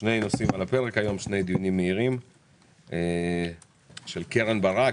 על הפרק שני דיונים מהירים של קרן ברק.